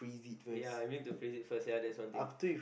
ya I need to phrase it first ya that's one thing